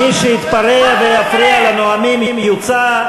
מי שיתפרע ויפריע לנואמים יוצא.